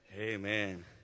amen